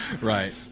Right